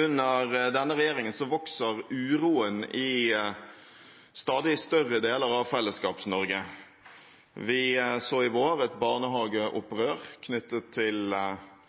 Under denne regjeringen vokser uroen i stadig større deler av Fellesskaps-Norge. Vi så i vår et barnehageopprør knyttet til